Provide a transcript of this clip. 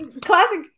classic